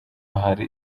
hari